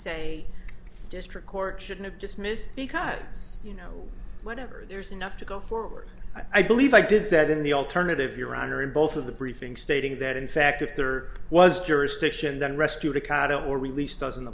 say district court should have just missed because you know whatever there's enough to go forward i believe i did said in the alternative your honor in both of the briefings stating that in fact if there was jurisdiction then rescued a cat or released doesn't